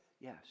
Yes